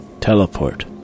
teleport